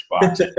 box